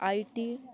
I T